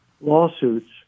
lawsuits